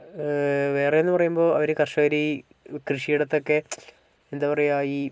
വേറെയെന്ന് പറയുമ്പോൾ അവർ കർഷകർ ഈ കൃഷിയിടത്തൊക്കെ എന്താ പറയുക ഈ